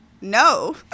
no